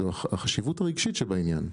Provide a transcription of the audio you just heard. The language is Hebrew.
זו החשיבות הרגשית שבעניין.